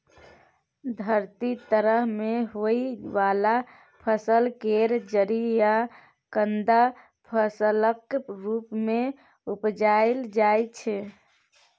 धरती तर में होइ वाला फसल केर जरि या कन्द फसलक रूप मे उपजाइल जाइ छै